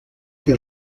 que